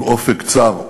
עם אופק צר.